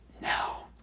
now